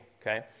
Okay